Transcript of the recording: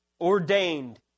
ordained